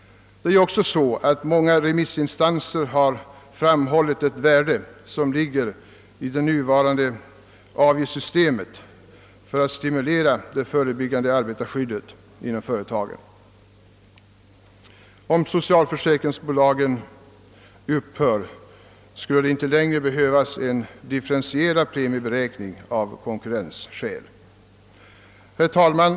Många remissinstanser har också understrukit det värde som ligger i det nuvarande avgiftssystemet, som stimulerar det förebyggande arbetarskyddet inom företagen. Om socialförsäkringsbolagen upphör, skulle det inte heller längre av konkurrensskäl behöva upprätthållas en differentierad premieberäkning. Herr talman!